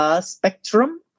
spectrum